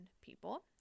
people